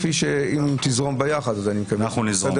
אם תזרום ביחד --- אנחנו נזרום.